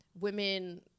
women